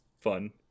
fun